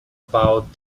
about